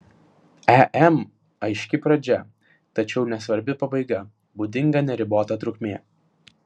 em aiški pradžia tačiau nesvarbi pabaiga būdinga neribota trukmė